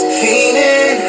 feeling